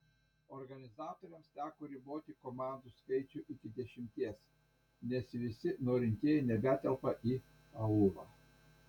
organizatoriams teko riboti komandų skaičių iki dešimties nes visi norintieji nebetelpa į aulą